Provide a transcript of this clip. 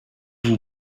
vous